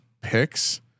picks